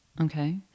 Okay